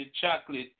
chocolate